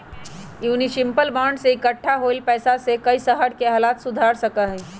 municipal bond से इक्कठा होल पैसा से कई शहर के हालत सुधर सका हई